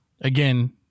again